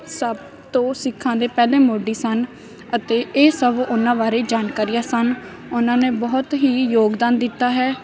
ਸਭ ਤੋਂ ਸਿੱਖਾਂ ਦੇ ਪਹਿਲੇ ਮੋਢੀ ਸਨ ਅਤੇ ਇਹ ਸਭ ਉਹਨਾਂ ਬਾਰੇ ਜਾਣਕਾਰੀਆਂ ਸਨ ਉਹਨਾਂ ਨੇ ਬਹੁਤ ਹੀ ਯੋਗਦਾਨ ਦਿੱਤਾ ਹੈ